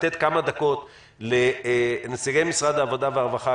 לתת כמה דקות לנציגי משרד העבודה והרווחה,